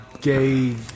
gay